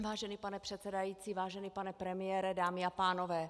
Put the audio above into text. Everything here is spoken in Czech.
Vážený pane předsedající, vážený pane premiére, dámy a pánové.